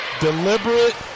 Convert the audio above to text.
deliberate